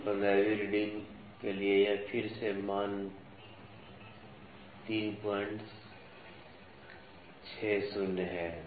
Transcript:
तो १५वीं रीडिंग के लिए फिर से यह मान ३६० है